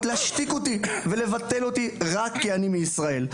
להשתיק אותי ולבטל אותי רק כי אני מישראל.